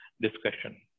discussion